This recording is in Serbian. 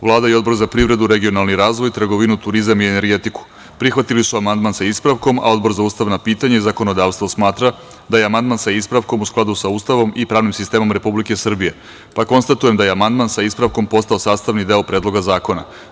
Vlada i Odbor za privredu, regionalni razvoj, trgovinu, turizam i energetiku, prihvatili su amandman sa ispravkom, a Odbor za ustavna pitanja i zakonodavstvo, smatra da je amandman sa ispravkom u skladu sa Ustavom i pravnim sistemom Republike Srbije, pa konstatujem da je amandman sa ispravkom postao sastavni deo Predloga zakona.